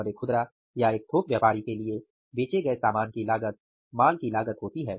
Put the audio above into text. और एक खुदरा या एक थोक व्यापारी के लिए बेचे गए सामान की लागत माल की लागत होती है